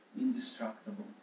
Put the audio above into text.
indestructible